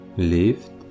Lift